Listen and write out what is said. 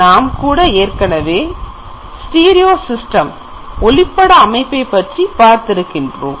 நாம் கூட ஏற்கனவேஒலிப்பட அமைப்பைப் பற்றி பார்த்திருக்கின்றோம்